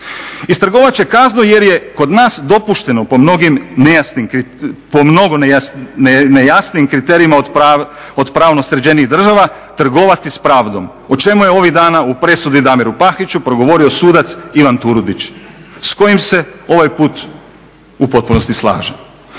Istrgovat će kaznu jer je kod nas dopušteno po mnogo nejasnijim kriterijima od pravno sređenijih država trgovati s pravdom, o čemu je ovih dana u presudi Damiru Pahiću progovorio sudac Ivan Turudić. S kojim se, ovaj put, u potpunosti slažem.